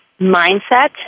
mindset